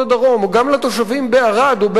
או גם לתושבים בערד או באילת.